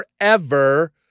forever